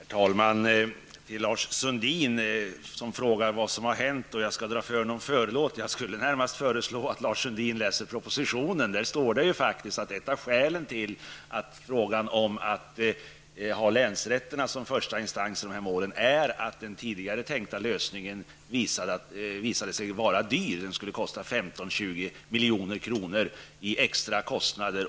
Herr talman! Lars Sundin frågar vad som hänt och vill att jag skall lätta på förlåten. Jag skulle närmast vilja föreslå att Lars Sundin läser propositionen, där det står att ett av skälen till att tanken på att ha länsrätterna som första instans i dessa mål är att den tidigare tänkta lösningen visade sig vara för dyr -- den skulle dra 15 à 20 milj.kr. i extra kostnader.